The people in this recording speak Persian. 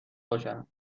باشم